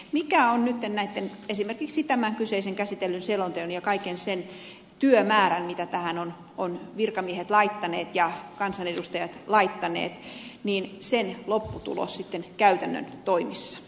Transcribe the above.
mikä on nyt esimerkiksi tämän kyseisen käsitellyn selonteon ja kaiken sen työmäärän mitä tähän virkamiehet ja kansanedustajat ovat laittaneet lopputulos käytännön toimissa